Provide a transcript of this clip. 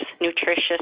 nutritious